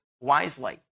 wisely